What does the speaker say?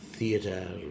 Theatre